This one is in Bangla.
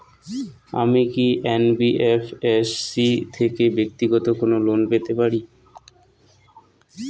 আমি কি এন.বি.এফ.এস.সি থেকে ব্যাক্তিগত কোনো লোন পেতে পারি?